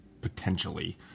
Potentially